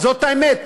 זאת האמת.